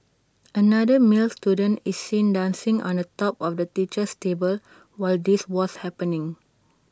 another male student is seen dancing on top of the teacher's table while this was happening